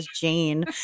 Jane